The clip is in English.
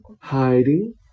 hiding